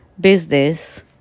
business